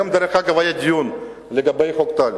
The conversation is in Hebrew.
היום, דרך אגב, היה דיון לגבי חוק טל.